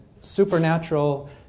supernatural